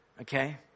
Okay